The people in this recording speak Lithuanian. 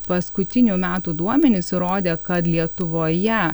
paskutinių metų duomenys įrodė kad lietuvoje